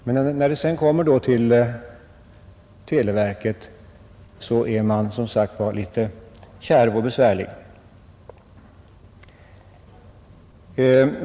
Men när ärendet kommer till televerket är man som sagt litet kärv och besvärlig.